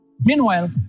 meanwhile